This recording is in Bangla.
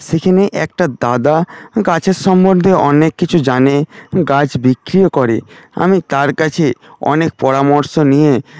সেখানে একটা দাদা গাছের সম্বন্ধে অনেক কিছু জানে গাছ বিক্রিও করে আমি তার কাছে অনেক পরামর্শ নিয়ে